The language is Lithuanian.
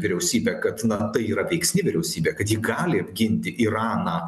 vyriausybe kad na tai yra veiksni vyriausybė kad ji gali apginti iraną